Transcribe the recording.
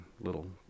little